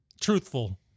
truthful